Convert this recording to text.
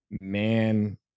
man